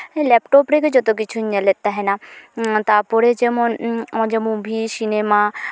laptop ᱨᱮᱜᱮ ᱡᱚᱛᱚ ᱠᱤᱪᱷᱩᱧ ᱧᱮᱞᱮᱫ ᱛᱟᱦᱮᱱᱟ ᱛᱟᱨᱯᱚᱨᱮ ᱡᱮᱢᱚᱱ ᱢᱩᱵᱷᱤ ᱥᱤᱱᱮᱢᱟ